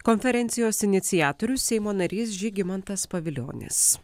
konferencijos iniciatorius seimo narys žygimantas pavilionis